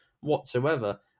whatsoever